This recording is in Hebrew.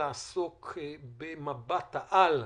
לעסוק במבט-על,